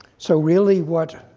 so really, what